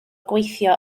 gweithio